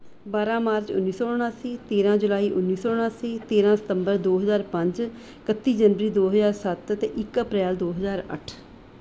ਬਾਰਾਂ ਮਾਰਚ ਉੱਨੀ ਸੌ ਉਨਾਸੀ ਤੇਰ੍ਹਾਂ ਜੁਲਾਈ ਉੱਨੀ ਸੌ ਉਨਾਸੀ ਤੇਰ੍ਹਾਂ ਸਤੰਬਰ ਦੋ ਹਜ਼ਾਰ ਪੰਜ ਇਕੱਤੀ ਜਨਵਰੀ ਦੋ ਹਜ਼ਾਰ ਸੱਤ ਅਤੇ ਇੱਕ ਅਪ੍ਰੈਲ ਦੋ ਹਜ਼ਾਰ ਅੱਠ